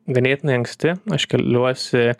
ganėtinai anksti aš keliuosi